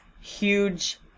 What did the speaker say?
huge